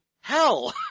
hell